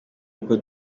uko